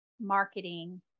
marketing